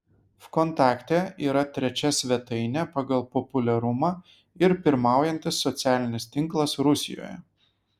vkontakte yra trečia svetainė pagal populiarumą ir pirmaujantis socialinis tinklas rusijoje